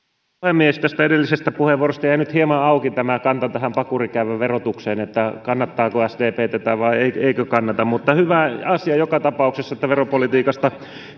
puhemies edellisestä puheenvuorosta jäi nyt hieman auki kanta pakurikäävän verotukseen että kannattaako sdp tätä vai eikö kannata mutta hyvä asia joka tapauksessa että veropolitiikasta